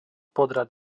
podrad